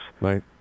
Right